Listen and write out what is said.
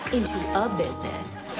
into a business.